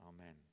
Amen